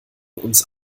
uns